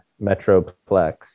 Metroplex